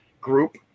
group